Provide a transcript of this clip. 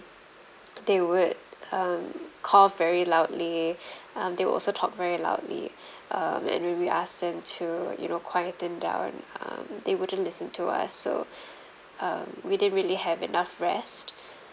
they would um call very loudly um they will also talk very loudly um and when we asked them to you know quiet them down um they wouldn't listen to us so um we didn't really have enough rest